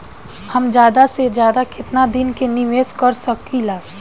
हम ज्यदा से ज्यदा केतना दिन के निवेश कर सकिला?